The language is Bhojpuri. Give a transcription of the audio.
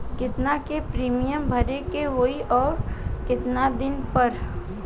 केतना के प्रीमियम भरे के होई और आऊर केतना दिन पर?